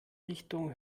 richtung